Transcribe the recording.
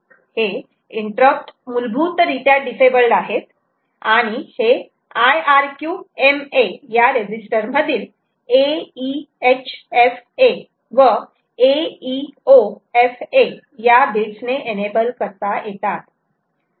हे इंटरप्त मुलभूतरित्या डिसेबल्ड आहेत आणि हे IRQMA या रेजीस्टर मधील a e h f a व a e o f a या बिट्स ने एनेबल करता येतात